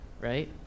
right